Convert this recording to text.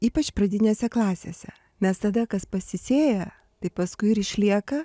ypač pradinėse klasėse nes tada kas pasisėja tai paskui ir išlieka